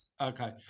okay